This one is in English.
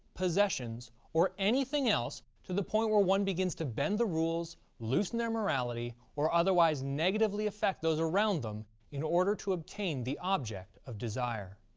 possessions or anything else to the point where one begins to bend the rules, loosen their morality or otherwise negatively affect those around them in order to obtain the object of desire.